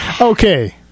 Okay